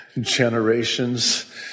generations